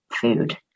food